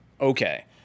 Okay